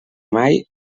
mai